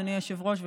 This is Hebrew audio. אדוני היושב-ראש,